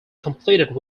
completed